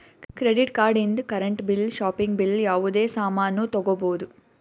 credit card ಇಂದ್ current bill shopping bill ಯಾವುದೇ ಸಾಮಾನ್ನೂ ತಗೋಬೋದು